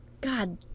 God